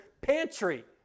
pantry